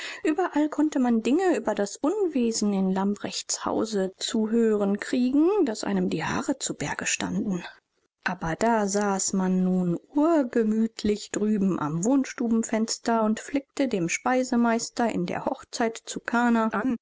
überall konnte man dinge über das unwesen in lamprechts hause zu hören kriegen daß einem die haare zu berge standen aber da saß man nun urgemütlich drüben am wohnstubenfenster und flickte dem speisemeister in der hochzeit zu kana